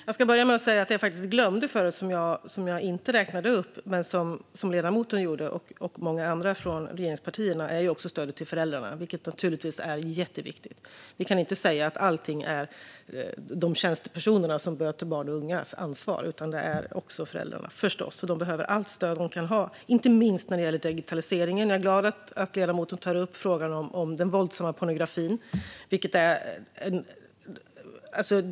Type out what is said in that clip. Herr talman! Jag ska börja med att nämna något som jag faktiskt glömde förut. Jag räknade inte upp det, men ledamoten och många andra från regeringspartierna gjorde det. Det gäller stödet till föräldrarna, vilket naturligtvis är jätteviktigt. Vi kan inte säga att allt ansvar ligger hos de tjänstepersoner som möter barn och unga. Det handlar förstås också om föräldrarna. De behöver allt stöd de kan få, inte minst när det gäller digitaliseringen. Jag är glad att ledamoten tar upp frågan om den våldsamma pornografin.